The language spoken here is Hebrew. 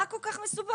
מה כל כך מסובך?